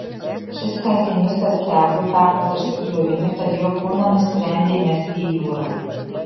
šis kankinys astiagui tapo tarsi kliuviniu tad jo kūną nusprendė įmesti į jūrą